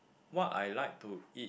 what I like to eat